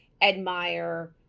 admire